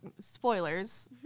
spoilers